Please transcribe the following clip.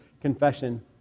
confession